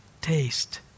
taste